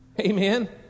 Amen